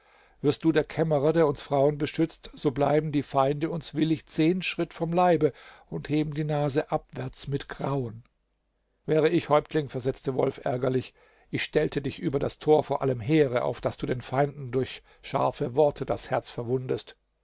wirst du der kämmerer der uns frauen beschützt so bleiben die feinde uns willig zehn schritt vom leibe und heben die nase abwärts mit grauen wäre ich häuptling versetzte wolf ärgerlich ich stellte dich über das tor vor allem heere auf daß du den feinden durch scharfe worte das herz verwundest